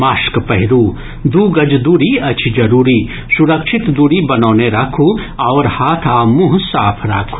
mask पहिरू दू गज दूरी अछि जरूरी सुरक्षित दूरी बनौने राखू आओर हाथ आ मुंह साफ राखू